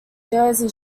jersey